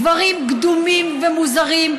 דברים קדומים ומוזרים,